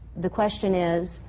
the question is,